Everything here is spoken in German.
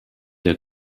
der